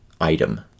item